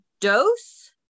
dose